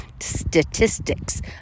statistics